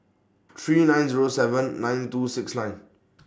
three nine Zero seven nine two six nine